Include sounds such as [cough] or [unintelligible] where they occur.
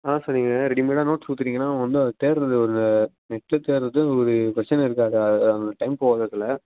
அதுதான் சார் நீங்கள் ரெடிமேடாக நோட்ஸ் கொடுத்துடீங்கன்னா அவன் வந்து அதை தேடுறது ஒரு நெட்டில் தேடுறது ஒரு பிரச்சனை இருக்காதா அது அது டைம் போக [unintelligible]